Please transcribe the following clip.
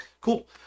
Cool